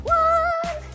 one